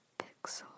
pixel